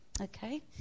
okay